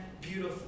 beautiful